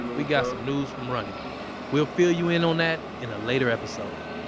we got some news from ronnie we'll fill you in on that in a later episode